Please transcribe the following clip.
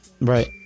right